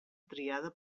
triada